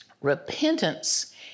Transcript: Repentance